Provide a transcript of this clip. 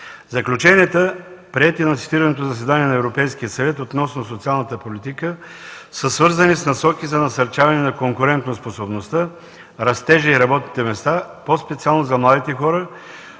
Заключенията, приети на цитираното заседание на Европейския съвет относно социалната политика, са свързани с насоки за насърчаване на конкурентноспособността, растежа и работните места, по-специално за младите хора,